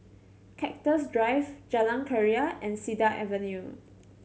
Cactus Drive Jalan Keria and Cedar Avenue